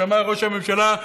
שאמר ראש הממשלה,